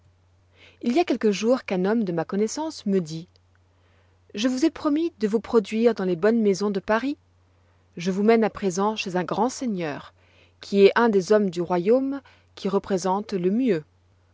l y a quelques jours qu'un homme de ma connoissance me dit je vous ai promis de vous produire dans les bonnes maisons de paris je vous mène à présent chez un grand seigneur qui est un des hommes du royaume qui représente le mieux